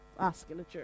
vasculature